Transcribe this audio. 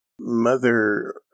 mother